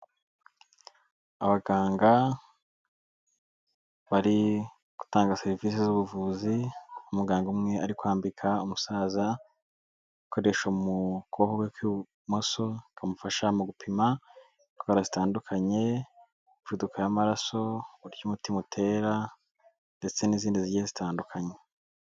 Abaganga bari gutanga serivisi z'ubuvuzi, umuganga umwe ari kwambika umusaza, agakoresho mu kuboko kwe kw'ibumoso, kamufasha mu gupima indwara zitandukanye, imivuduko y'amaraso, uburyo umutima utera ndetse n'izindi zigiye zitandukanye.